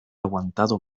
aguantado